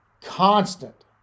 constant